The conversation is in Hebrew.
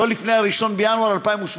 לא לפני 1 בינואר 2017,